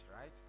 right